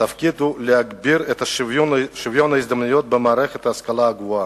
התפקיד הוא להגביר את שוויון ההזדמנויות במערכת ההשכלה הגבוהה.